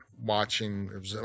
watching